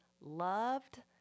loved